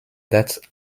that